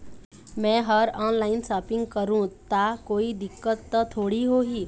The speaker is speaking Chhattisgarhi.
मैं हर ऑनलाइन शॉपिंग करू ता कोई दिक्कत त थोड़ी होही?